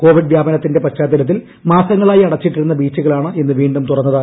Covid വ്യാപനത്തിന്റെ പശ്ചാത്തലത്തിൽ മാസങ്ങളായി അടച്ചിട്ടിരുന്ന ബീച്ചുകളാണ് ഇന്ന് വീണ്ടും തുറന്നത്